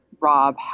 Rob